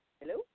Hello